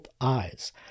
eyes